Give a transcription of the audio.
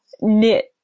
knit